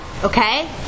Okay